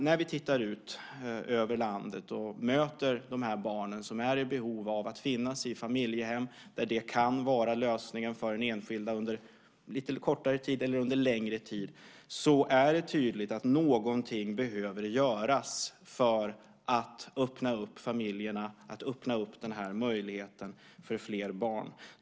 När vi tittar ut över landet och möter de barn som är i behov av att vara i familjehem, och där det kan vara en lösning för den enskilde under kortare eller längre tid, ser vi tydligt att något behöver göras för att öppna möjligheten för fler barn.